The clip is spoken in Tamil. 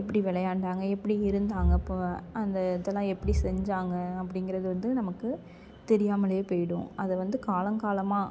எப்படி விளையாண்டாங்க எப்படி இருந்தாங்க அப்போது அந்த இதெல்லாம் எப்படி செஞ்சாங்க அப்படிங்கிறத வந்து நமக்கு தெரியாமல் போயிடும் அதை வந்து காலங்காலமாக